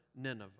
Nineveh